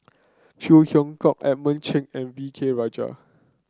Phey Yew Kok Edmund Cheng and V K Rajah